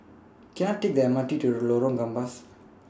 Can I Take The M R T to Lorong Gambas